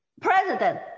president